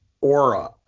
aura